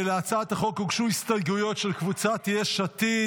להצעת החוק הוגשו הסתייגויות של קבוצת יש עתיד,